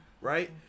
right